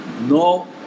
no